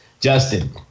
Justin